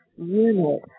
unit